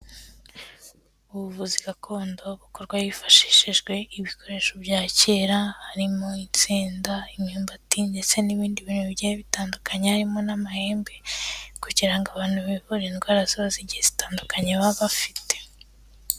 Ubuvuzi gakondo bukorwa hifashishijwe ibikoresho byakirara harimo isenda, imyumbati ndetse n'ibindi bintu bigiye bitandukanye harimo n'amahembe kugira ngo abantu bivure indwara zose zitandukanye baba bafite.